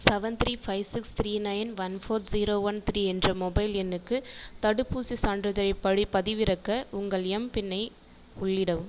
seven three five six three nine one four zero one three என்ற mobile எண்ணுக்கு தடுப்பூசிச் சான்றிதழைப் பதி பதிவிறக்க உங்கள் எம்பின்னை உள்ளிடவும்